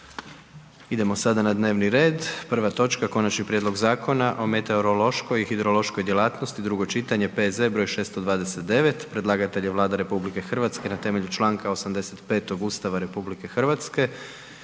Idemo sada na dnevni red. Prva točka: - Konačni prijedlog Zakona o meteorološkoj i hidrološkoj djelatnosti, drugo čitanje, P.Z. br. 629; Predlagatelj je Vlada RH na temelju članka 85. Ustava RH i članka